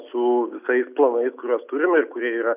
su visais planais kurios turim ir kurie yra